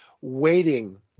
waiting